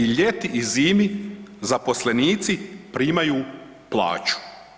I ljeti i zimi zaposlenici primaju plaću.